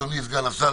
אדוני סגן השר,